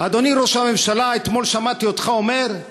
אדוני ראש הממשלה, אתמול שמעתי אותך אומר: